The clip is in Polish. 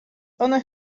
one